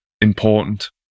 important